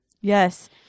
Yes